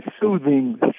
soothing